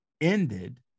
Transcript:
ended